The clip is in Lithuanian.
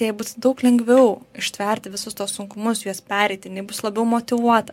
jai bus daug lengviau ištverti visus tuos sunkumus juos pereiti jinai bus labiau motyvuota